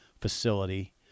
facility